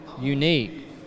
unique